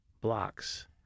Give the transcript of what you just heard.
blocks